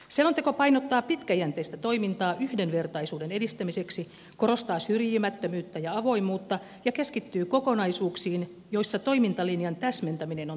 selonteko painottaa pitkäjänteistä toimintaa yhdenvertaisuuden edistämiseksi korostaa syrjimättömyyttä ja avoimuutta ja keskittyy kokonaisuuksiin joissa toimintalinjan täsmentäminen on tarpeellista